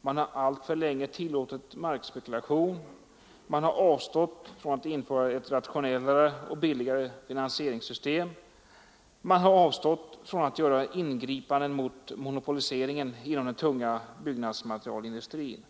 man har alltför länge tillåtit markspekulation, man har avstått från att införa ett rationellare och billigare finansieringssystem, man har avstått från att göra ingripanden mot monopoliseringen inom den tunga byggnadsmaterialindustrin.